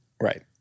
Right